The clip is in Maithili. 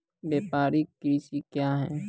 व्यापारिक कृषि क्या हैं?